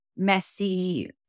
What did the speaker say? messy